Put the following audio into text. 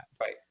Right